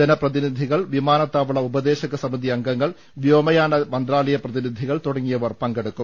ജനപ്രതിനിധികൾ വിമാനത്താവള ഉപദേശകസമിതി അംഗങ്ങൾ വ്യോമയാന മന്ത്രാലയപ്രതിനിധികൾ തുടങ്ങിയവർ പങ്കെടുക്കും